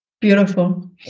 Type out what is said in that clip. Beautiful